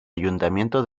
ayuntamiento